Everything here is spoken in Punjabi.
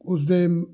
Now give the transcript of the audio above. ਉਸਦੇ